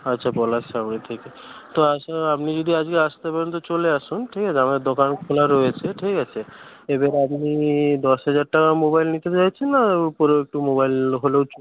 আচ্ছা পলাশ তো আচ্ছা আপনি যদি আজকে আসতে পারেন তো চলে আসুন ঠিক আছে আমাদের দোকান খোলা রয়েছে ঠিক আছে এবার আপনি দশ হাজার টাকার মোবাইল নিতে চাইছেন না উপরেও একটু মোবাইল হলেও চলবে